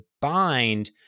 bind